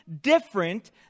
different